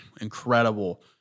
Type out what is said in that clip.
Incredible